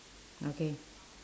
okay